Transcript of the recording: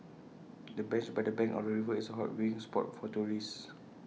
the bench by the bank of the river is A hot viewing spot for tourists